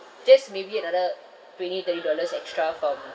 just maybe another twenty thirty dollars extra from